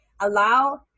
allow